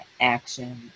action